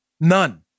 None